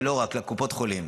ולא רק לקופות החולים.